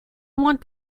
want